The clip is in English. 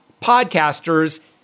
podcasters